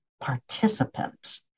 participant